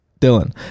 Dylan